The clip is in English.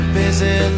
busy